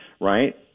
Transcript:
right